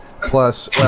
Plus